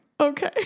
Okay